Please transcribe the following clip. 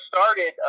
started